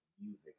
music